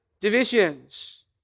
divisions